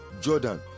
Jordan